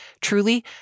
truly